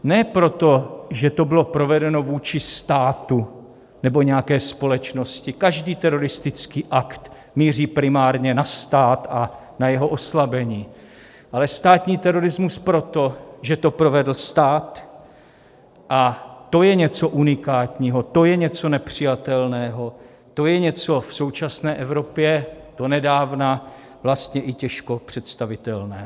Ne proto, že to bylo provedeno vůči státu nebo nějaké společnosti, každý teroristický akt míří primárně na stát a na jeho oslabení, ale státní terorismus proto, že to provedl stát, a to je něco unikátního, to je něco nepřijatelného, to je něco v současné Evropě donedávna vlastně i těžko představitelného.